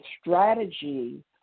strategy